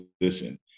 position